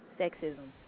sexism